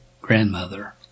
grandmother